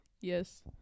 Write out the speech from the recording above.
yes